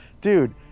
Dude